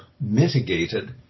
mitigated